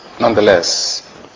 Nonetheless